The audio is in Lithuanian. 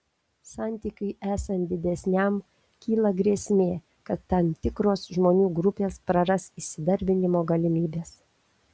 santykiui esant didesniam kyla grėsmė kad tam tikros žmonių grupės praras įsidarbinimo galimybes